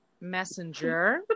Messenger